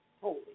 holy